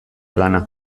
lana